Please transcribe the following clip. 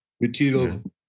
material